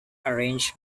arranged